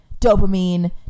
dopamine